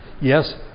Yes